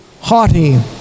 haughty